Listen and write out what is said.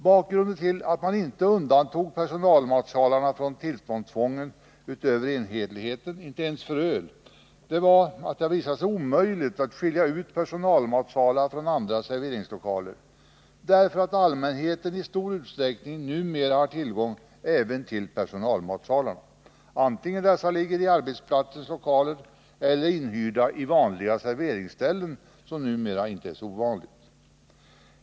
Bakgrunden till att man inte undantog personalmatsalarna från tillståndstvånget, inte ens för öl, var att det hade visat sig omöjligt att skilja ut personalmatsalar från andra serveringslokaler, därför att allmänheten i stor utsträckning har tillgång även till personalmatsalarna, vare sig de ligger i arbetsplatsens lokaler eller är inhyrda i vanliga serveringsställen, vilket numera inte är så ovanligt.